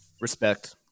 Respect